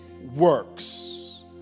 works